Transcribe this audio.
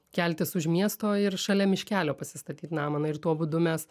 keltis už miesto ir šalia miškelio pasistatyt namą ir tuo būdu mes